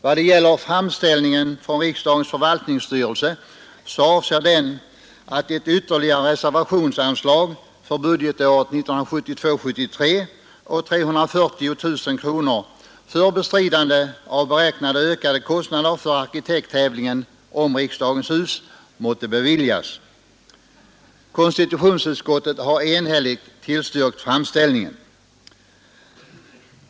Vad gäller framställningen från riksdagens förvaltningsstyrelse avser den att ett ytterligare reservationsanslag för budgetåret 1972/73 på 340 000 kronor för bestridande av beräknade ökade kostander för arkitekttävlingen om riksdagens hus måtte beviljas. Konstitutionsutskottet har enhälligt tillstyrkt framställningen.